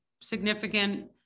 significant